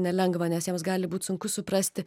nelengva nes jiems gali būt sunku suprasti